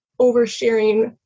oversharing